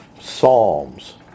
psalms